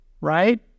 right